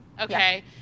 Okay